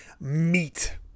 meat